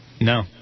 No